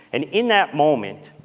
and in that moment,